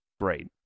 great